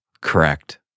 Correct